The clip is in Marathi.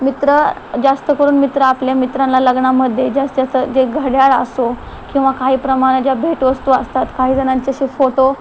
मित्र जास्त करून मित्र आपले मित्रांना लग्नामध्ये जास्त जास्त जे घड्याळ असो किंवा काही प्रमाणात ज्या भेटवस्तू असतात काही जणांचे असे फोटो